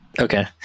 Okay